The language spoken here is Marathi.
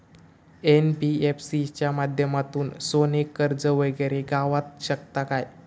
एन.बी.एफ.सी च्या माध्यमातून सोने कर्ज वगैरे गावात शकता काय?